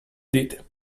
deed